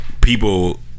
people